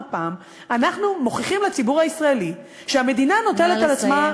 פעם אנחנו מוכיחים לציבור הישראלי שהמדינה נוטלת על עצמה,